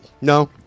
No